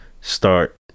start